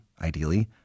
ideally